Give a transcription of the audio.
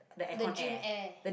the gym air